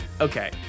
okay